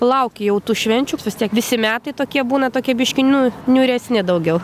laukia jau tų švenčių vis tiek visi metai tokie būna tokie biškį nu niūresni daugiau